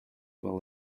while